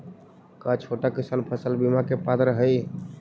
का छोटा किसान फसल बीमा के पात्र हई?